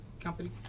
company